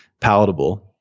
palatable